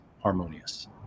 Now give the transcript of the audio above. harmonious